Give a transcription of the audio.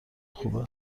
خوبه